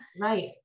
Right